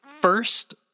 first